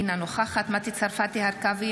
אינה נוכחת מטי צרפתי הרכבי,